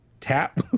tap